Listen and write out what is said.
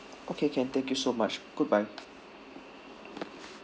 okay can thank you so much goodbye